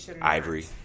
Ivory